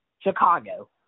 Chicago